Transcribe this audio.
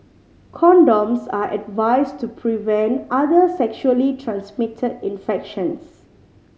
condoms are advised to prevent other sexually transmitted infections